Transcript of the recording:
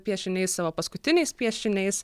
piešiniais savo paskutiniais piešiniais